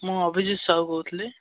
ମୁଁ ଅଭିଜିତ ସାହୁ କହୁଥିଲି